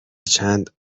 چند